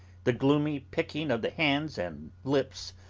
the gloomy picking of the hands and lips,